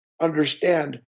understand